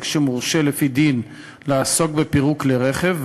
שמורשה לפי דין לעסוק בפירוק כלי רכב,